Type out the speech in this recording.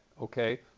okay